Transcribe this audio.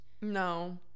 No